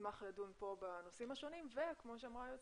נעשה ניסוי מאוד מפורסם בעוברים של בני אדם שנתנו